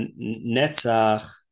Netzach